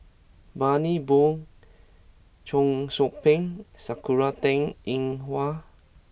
Bani Buang Cheong Soo Pieng Sakura Teng Ying Hua